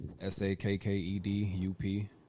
S-A-K-K-E-D-U-P